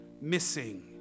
missing